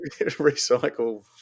recycle